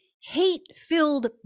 hate-filled